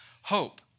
hope